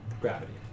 gravity